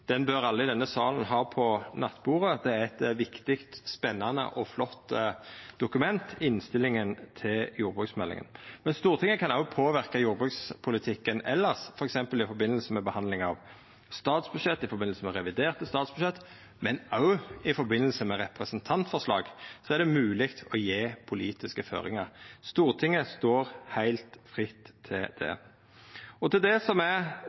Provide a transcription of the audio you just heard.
bør alle i denne salen ha på nattbordet. Innstillinga til jordbruksmeldinga er eit viktig, spennande og flott dokument. Stortinget kan òg påverka jordbrukspolitikken elles, f.eks. i samband med behandling av statsbudsjettet, i samband med reviderte statsbudsjett, men òg i samband med representantforslag er det mogleg å gje politiske føringar. Stortinget står heilt fritt til det. Til det som er